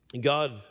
God